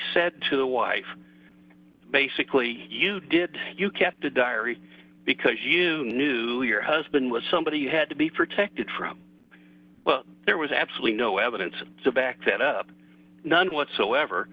said to the wife basically you did you kept a diary because you knew your husband was somebody you had to be protected from but there was absolutely no evidence to back that up none whatsoever